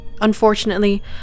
Unfortunately